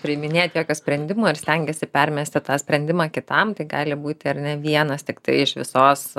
priiminėt sprendimo ar stengiesi permesti tą sprendimą kitam tai gali būti ar ne vienas tiktai iš visos